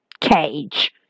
Cage